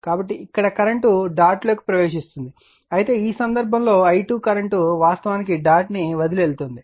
కాబట్టి ఇక్కడ కరెంట్ డాట్లోకి ప్రవేశిస్తోంది అయితే ఈ సందర్భంలో i2 కరెంట్ వాస్తవానికి డాట్ను వదిలి వెళ్తుంది